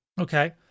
Okay